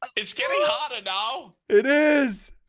it's getting hotter now it is